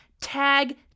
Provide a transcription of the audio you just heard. tag